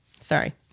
Sorry